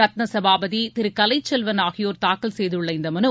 ரத்ன சபாபதி திரு கலைச்செல்வன் ஆகியோர் தாக்கல் செய்துள்ள இந்த மனு